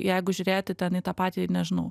jeigu žiūrėti ten į tą patį nežinau